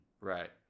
Right